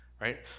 right